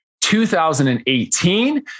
2018